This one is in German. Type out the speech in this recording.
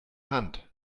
hand